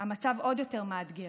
המצב עוד יותר מאתגר.